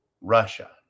Russia